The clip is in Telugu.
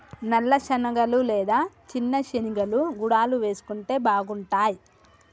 నల్ల శనగలు లేదా చిన్న శెనిగలు గుడాలు వేసుకుంటే బాగుంటాయ్